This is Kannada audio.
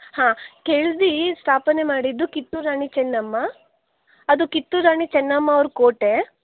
ಹಾಂ ಕೆಳದಿ ಸ್ಥಾಪನೆ ಮಾಡಿದ್ದು ಕಿತ್ತೂರು ರಾಣಿ ಚೆನ್ನಮ್ಮ ಅದು ಕಿತ್ತೂರು ರಾಣಿ ಚೆನ್ನಮ್ಮನವ್ರ ಕೋಟೆ